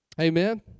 Amen